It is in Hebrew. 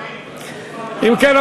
אם כן,